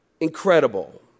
incredible